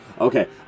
Okay